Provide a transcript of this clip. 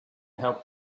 help